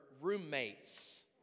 roommates